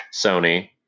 Sony